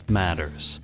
matters